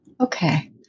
Okay